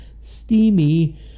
Steamy